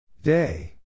Day